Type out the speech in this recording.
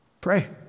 Pray